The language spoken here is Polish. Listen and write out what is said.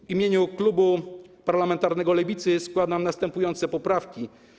W imieniu klubu parlamentarnego Lewicy składam następujące poprawki.